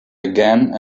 again